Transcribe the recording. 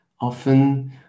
often